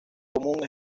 común